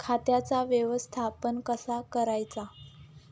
खताचा व्यवस्थापन कसा करायचा?